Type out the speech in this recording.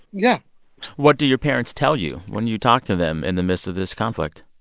yeah what do your parents tell you when you talk to them in the midst of this conflict?